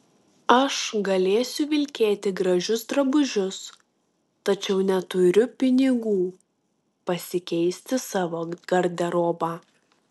aš galėsiu vilkėti gražius drabužius tačiau neturiu pinigų pasikeisti savo garderobą